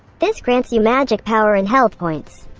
this grants you magic power and health points.